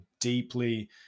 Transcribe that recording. deeply